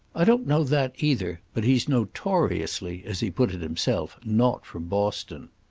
i don't know that, either. but he's notoriously, as he put it himself, not from boston.